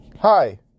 Hi